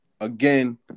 Again